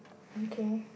okay